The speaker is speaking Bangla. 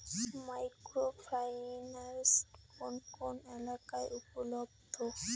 মাইক্রো ফাইন্যান্স কোন কোন এলাকায় উপলব্ধ?